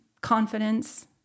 confidence